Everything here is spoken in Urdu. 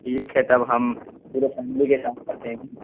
ٹھیک ہے تب ہم پورے فیملی کے ساتھ آتے ہیں جی